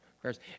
prayers